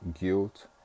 guilt